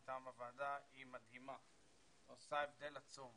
מטעם הוועדה, היא מדהימה ועושה הבדל עצום.